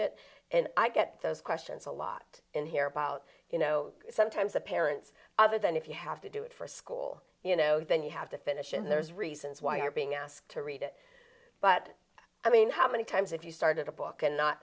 it and i get those questions a lot in here about you know sometimes the parents other than if you have to do it for school you know then you have to finish and there's reasons why you're being asked to read it but i mean how many times if you started a book and not